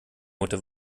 note